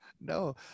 No